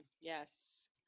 yes